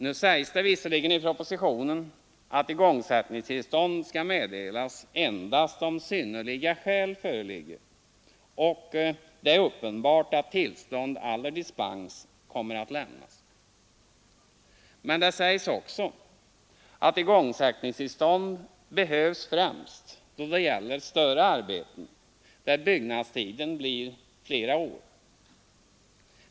Nu sägs det visserligen i propositionen att igångsättningstillstånd skall meddelas endast om synnerliga skäl föreligger och det är uppenbart att tillstånd eller dispens kommer att lämnas. Men det sägs också att igångsättningstillstånd behövs främst då det gäller större arbeten där byggnadstiden blir flera år.